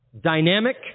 Dynamic